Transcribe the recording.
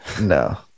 no